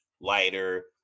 lighter